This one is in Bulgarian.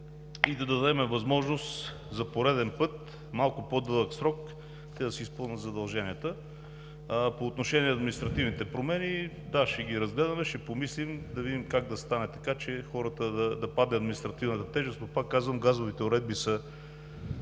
и да дадем възможност за пореден път в малко по-дълъг срок те да си изпълнят задълженията. По отношение на административните промени. Да, ще ги разгледаме, ще помислим да видим как да стане, така че за хората да падне административната тежест. Но, пак казвам, газовите уредби са